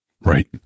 Right